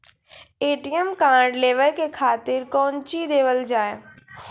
ATM card लेवे के खातिर कौंची देवल जाए?